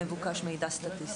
אני לא חושבת שמבוקש מידע סטטיסטי.